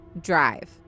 drive